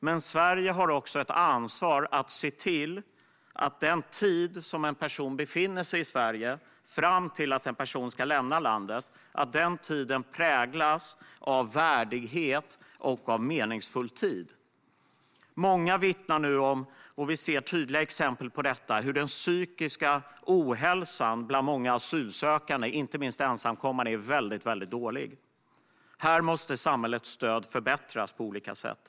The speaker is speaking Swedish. Men Sverige har också ett ansvar att se till att den tid som en person befinner sig i Sverige, fram till att denna person ska lämna Sverige, ska vara meningsfull och präglas av värdighet. Många vittnar nu om - vi ser tydliga exempel på detta - hur den psykiska hälsan bland många asylsökande, inte minst ensamkommande, är mycket dålig. Här måste samhällets stöd förbättras på olika sätt.